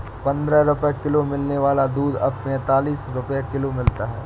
पंद्रह रुपए किलो मिलने वाला दूध अब पैंतालीस रुपए किलो मिलता है